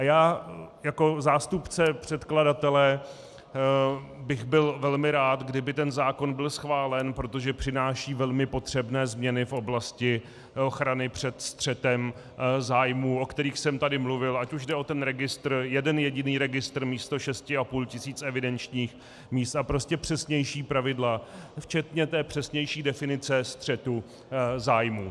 Já jako zástupce předkladatele bych byl velmi rád, kdyby ten zákon byl schválen, protože přináší velmi potřebné změny v oblasti ochrany před střetem zájmů, o kterých jsem tady mluvil, ať už jde o ten registr, jeden jediný registr místo 6,5 tisíce evidenčních míst, a prostě přesnější pravidla včetně té přesnější definice střetu zájmů.